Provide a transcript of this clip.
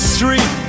Street